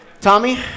Tommy